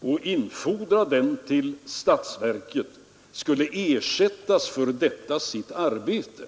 och inleverera den till statsverket skulle ersättas för detta sitt arbete.